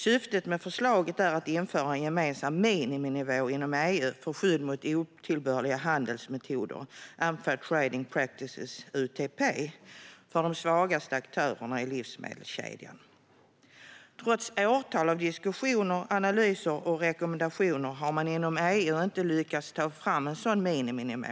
Syftet med förslaget är att införa en gemensam miniminivå inom EU för skydd mot otillbörliga handelsmetoder - unfair trading practices, UTP - för de svagaste aktörerna i livsmedelskedjan. Trots år av diskussioner, analyser och rekommendationer har man inom EU inte lyckats ta fram en sådan miniminivå.